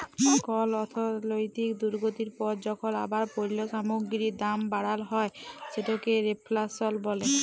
call অর্থলৈতিক দুর্গতির পর যখল আবার পল্য সামগ্গিরির দাম বাড়াল হ্যয় সেটকে রেফ্ল্যাশল ব্যলে